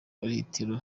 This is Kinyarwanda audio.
litiro